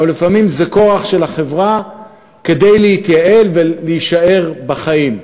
אבל לפעמים זה כורח של החברה כדי להתייעל ולהישאר בחיים.